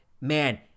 man